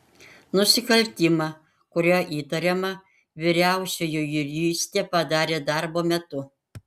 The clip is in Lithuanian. nusikaltimą kuriuo įtariama vyriausioji juristė padarė darbo metu